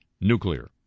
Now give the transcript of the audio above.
nuclear